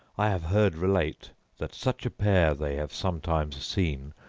i have heard relate that such a pair they have sometimes seen,